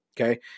Okay